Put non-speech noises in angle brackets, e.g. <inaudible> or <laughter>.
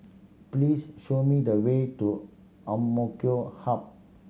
please show me the way to <unintelligible> Hub